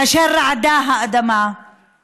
כאשר רעדה האדמה,